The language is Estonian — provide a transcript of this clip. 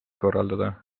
korraldada